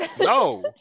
No